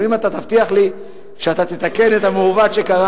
אבל אם אתה תבטיח לי שאתה תתקן את המעוות שקרה היום,